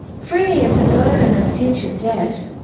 free of the burden of future debt,